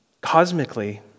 cosmically